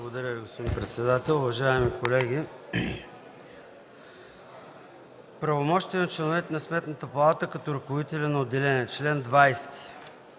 Благодаря Ви, господин председател. Уважаеми колеги, „Правомощия на членовете на Сметната палата като ръководители на отделения”. По чл.